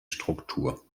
struktur